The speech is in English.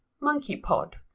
monkey-pod